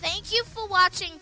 thank you for watching